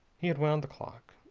he had wound the clock.